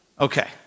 Okay